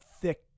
thick